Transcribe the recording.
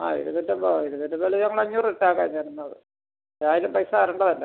ആ ഇരുനൂറ്റമ്പതോ ഞങ്ങൾ അഞ്ഞൂറ് ഇട്ടേക്കാം ഞാൻ എന്നാൽ ഏതായാലും പൈസ തരേണ്ടതല്ലേ